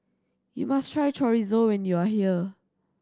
you must try Chorizo when you are here